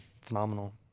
phenomenal